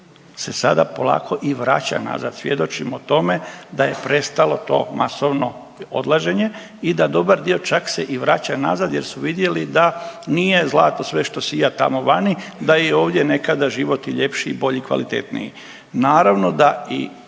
se sada polako i vraća nazad, svjedočimo tome da je prestalo to masovno odlaženje i da dobra dio čak se i vraća nazad jer su vidjeli da nije zlato sve što sija tamo vani da je ovdje nekada život i ljepši i bolji i kvalitetniji. Naravno da i